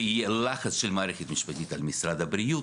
ויהיה לחץ של המערכת המשפטית על משרד הבריאות,